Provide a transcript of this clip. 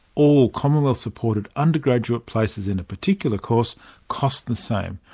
all commonwealth supported undergraduate places in a particular course cost the same,